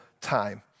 time